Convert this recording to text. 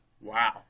Wow